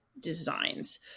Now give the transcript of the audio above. designs